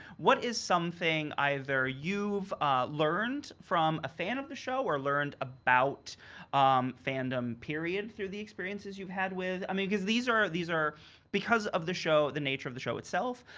what is something, either you've learned from a fan of the show or learned about fandom period through the experiences you've had with, i mean, cause these are, these are because of the show, the nature of the show itself.